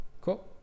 cool